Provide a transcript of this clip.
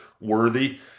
worthy